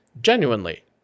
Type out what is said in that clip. genuinely